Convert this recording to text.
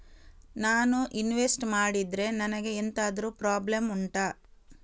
ನಾನು ಇನ್ವೆಸ್ಟ್ ಮಾಡಿದ್ರೆ ನನಗೆ ಎಂತಾದ್ರು ಪ್ರಾಬ್ಲಮ್ ಉಂಟಾ